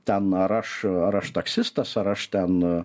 ten ar aš ar aš taksistas ar aš ten